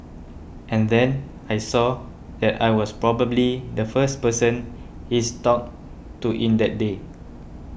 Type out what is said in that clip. and then I saw that I was probably the first person he's talked to in that day